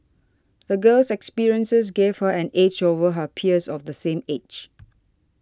the girl's experiences gave her an edge over her peers of the same age